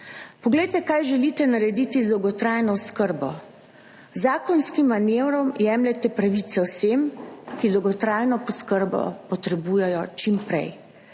Poglejte, kaj želite narediti z dolgotrajno oskrbo. Z zakonskim manevrom jemljete pravice vsem, ki dolgotrajno oskrbo potrebujejo čim prej.